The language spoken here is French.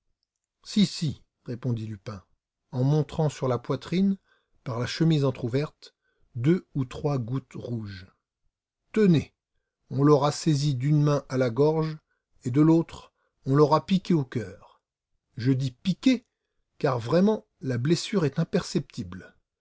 si si répondit lupin en montrant sur la poitrine par la chemise entrouverte deux ou trois gouttes rouges tenez on l'aura saisi d'une main à la gorge et de l'autre on l'aura piqué au cœur je dis piqué car vraiment la blessure est imperceptible